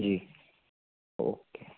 जी okay